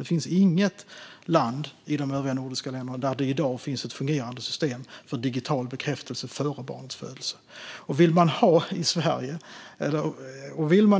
Det finns inget land i Norden som i dag har ett fungerande system med digital bekräftelse före barnets födelse. Om man i